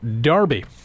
Darby